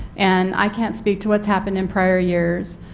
and i can't speak to what is happened in prior years,